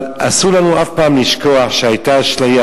אבל אסור לנו אף פעם לשכוח שהיתה אשליה